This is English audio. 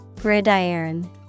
Gridiron